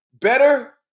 better